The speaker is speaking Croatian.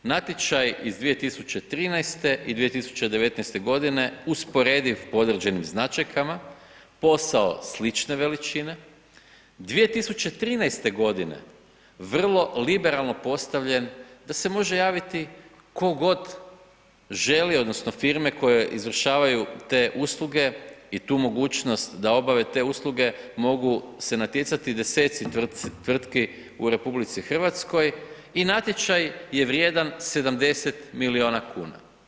Natječaj iz 2013. i 2019. g. usporediv po određenim značajkama, posao slične veličine, 2013. g. vrlo liberalno postavljen, da se može javiti tko god želi, odnosno, firme koje izvršavaju te usluge i tu mogućnost da obave te uslute, mogu se natjecati deseci tvrtki u RH i natječaj je vrijedan 70 milijuna kn.